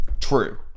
True